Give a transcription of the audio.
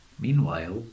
Meanwhile